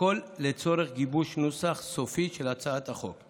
הכול לצורך גיבוש נוסח סופי של הצעת החוק.